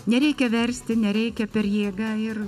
nereikia versti nereikia per jėgą ir